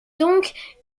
donc